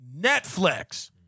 Netflix